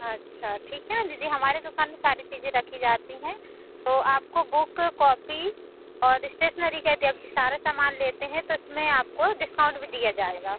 अच्छा ठीक है ना दीदी हमारे दुकान में सारी चीजें रखी जाती हैं तो आपको बुक कॉपी और इस्टेसनरी का यदि आप सारा समान लेते हैं तो इसमें आपको डिस्काउंट भी दिया जाएगा